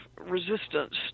resistance